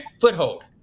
foothold